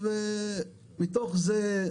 מתוך זה,